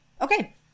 Okay